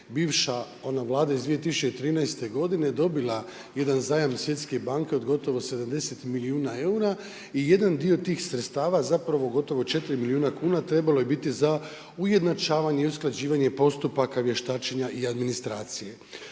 bivša ona vlada iz 2013. godine dobila jedan zajam Svjetske banke od gotovo 70 milijuna eura i jedan dio tih sredstava zapravo gotovo 4 milijuna kuna trebalo je biti za ujednačavanje i usklađivanje postupaka vještačenja i administracije.